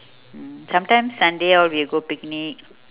mm sometimes sunday all we'll go picnic